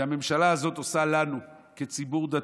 הטובה שהממשלה הזאת עושה לנו כציבור דתי,